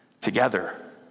together